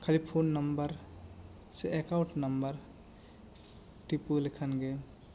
ᱠᱷᱟᱹᱞᱤ phone number ᱥᱮ account number ᱴᱤᱯᱟᱹᱣ ᱞᱮᱠᱷᱟᱱ ᱜᱮ